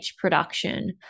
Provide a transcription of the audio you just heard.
production